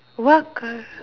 what car